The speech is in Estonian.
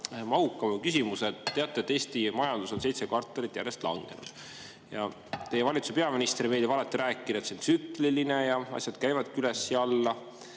mahukama küsimus. Te teate, et Eesti majandus on seitse kvartalit järjest langenud. Teie valitsuse peaministrile meeldib alati rääkida, et see on tsükliline ja asjad käivadki üles ja alla.